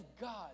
God